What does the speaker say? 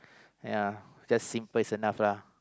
ya just simple is enough lah